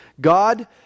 God